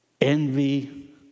envy